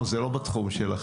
או שזה לא בתחום שלכם?